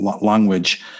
language